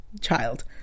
Child